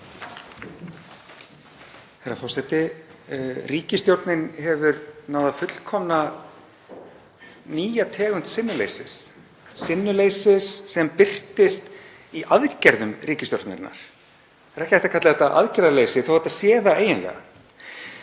Herra forseti. Ríkisstjórnin hefur náð að fullkomna nýja tegund sinnuleysis, sinnuleysis sem birtist í aðgerðum ríkisstjórnarinnar. Það er ekki hægt að kalla þetta aðgerðaleysi þótt þetta sé það eiginlega.